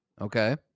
okay